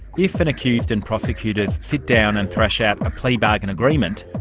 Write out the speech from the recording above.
if an accused and prosecutor sit down and thrash out a plea bargain agreement,